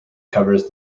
covers